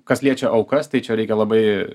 kas liečia aukas tai čia reikia labai